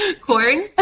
Corn